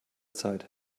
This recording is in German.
zeit